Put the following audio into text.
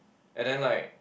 and then like